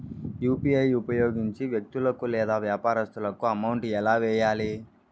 UPI ఉపయోగించి వ్యక్తులకు లేదా వ్యాపారస్తులకు అమౌంట్ ఎలా వెయ్యాలి